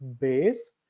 base